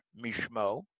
Mishmo